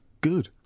good